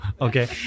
Okay